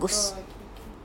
oh okay okay